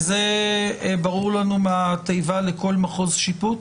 ברור לנו מהתיבה, לכל מחוז שיפוט,